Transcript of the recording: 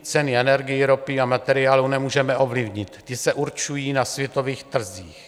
Ceny energií, ropy a materiálu nemůžeme ovlivnit, ty se určují na světových trzích.